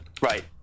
right